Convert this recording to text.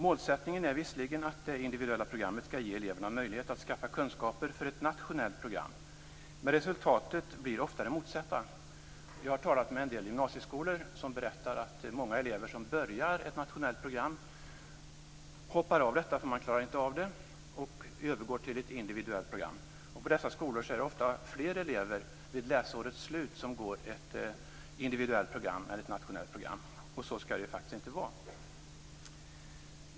Målsättningen är visserligen att det individuella programmet skall ge eleverna möjlighet att skaffa kunskaper för ett nationellt program, men resultatet blir ofta det motsatta. Jag har talat med en del gymnasieskolor. Där berättar man att många elever som börjar ett nationellt program hoppar av, eftersom de inte klarar av det, och övergår till ett individuellt program. På dessa skolor är det ofta fler elever vid läsårets slut som går ett individuellt program än ett nationellt program, och så skall det faktiskt inte vara. Fru talman!